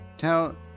Tell